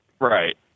right